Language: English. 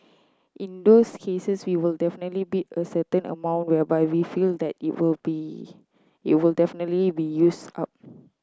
in those cases we will definitely bid a certain amount whereby we feel that it will be it will definitely be used up